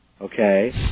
okay